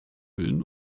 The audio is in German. willen